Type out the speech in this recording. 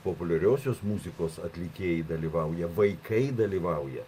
populiariosios muzikos atlikėjai dalyvauja vaikai dalyvauja